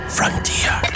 Frontier